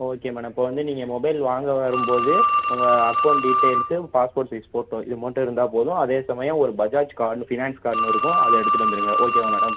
okay madam இப்போ வந்து நீங்கள் மொபைல் வாங்க வரும்போது உங்கள் account details passport size photo இது மட்டும் இருந்தால் போதும் அதே சமயம் ஒரு பஜாஜ் கார்டு ஃபினான்ஸ் கார்ட்னு இருக்கும் அதை எடுத்துட்டு வந்துடுங்க ஓகேவா மேடம்